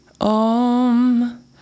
om